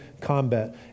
combat